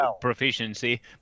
proficiency